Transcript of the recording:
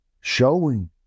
showing